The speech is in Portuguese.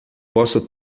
posso